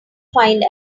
find